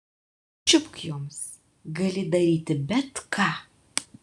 čiupk joms gali daryti bet ką